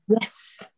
yes